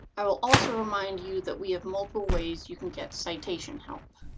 i will also remind you that we have multiple ways you can get citation help.